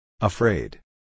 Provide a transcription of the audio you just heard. Afraid